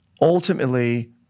ultimately